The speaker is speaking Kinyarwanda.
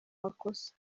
makosa